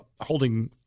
holding